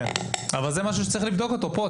זה משהו שצריך לבדוק אותו פה.